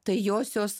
tai josios